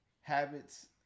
habits